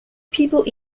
people